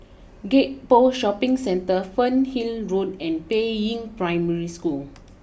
Gek Poh Shopping Centre Fernhill Road and Peiying Primary School